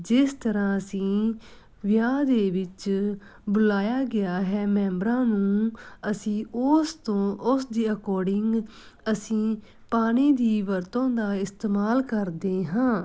ਜਿਸ ਤਰ੍ਹਾਂ ਅਸੀਂ ਵਿਆਹ ਦੇ ਵਿੱਚ ਬੁਲਾਇਆ ਗਿਆ ਹੈ ਮੈਂਬਰਾਂ ਨੂੰ ਅਸੀਂ ਉਸ ਤੋਂ ਉਸ ਦੇ ਅਕੋਰਡਿੰਗ ਅਸੀਂ ਪਾਣੀ ਦੀ ਵਰਤੋਂ ਦਾ ਇਸਤੇਮਾਲ ਕਰਦੇ ਹਾਂ